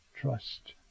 Trust